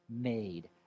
made